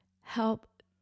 help